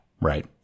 right